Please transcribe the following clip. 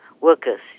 workers